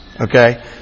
okay